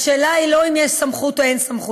והשאלה היא לא אם יש סמכות או אין סמכות,